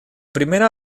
primera